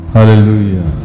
Hallelujah